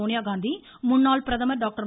சோனியாகாந்தி முன்னாள் பிரதமர் டாக்டர்